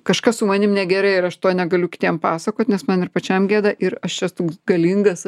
kažkas su manim negerai ir aš to negaliu kitiem pasakot nes man ir pačiam gėda ir aš čia toks galingas